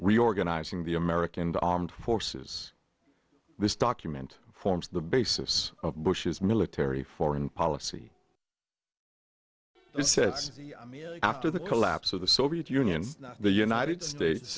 reorganizing the american armed forces this document forms the basis of bush's military foreign policy it says after the collapse of the soviet union the united states